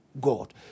God